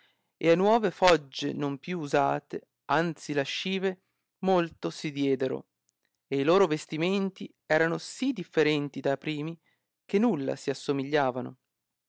e a nuove foggie non più usate anzi lascive molto si diedero e i loro vestimenti erano sì differenti da primi che nulla si assimigliavano